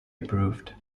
approved